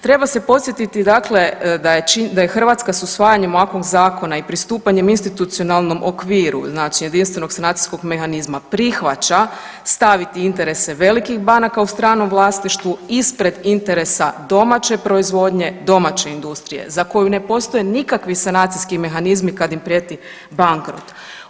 Treba se podsjetiti dakle da je Hrvatska s usvajanjem ovakvog zakona i pristupanjem institucionalnom okviru znači jedinstvenog sanacijskog mehanizma prihvaća stav i interese velikih banaka u stranom vlasništvu ispred interesa domaće proizvodnje, domaće industrije za koju ne postoje nikakvi sanacijski mehanizmi kad im prijeti bankrot.